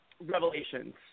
revelations